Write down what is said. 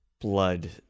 Blood